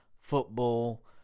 football